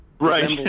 right